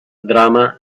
drama